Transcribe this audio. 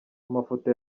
amafoto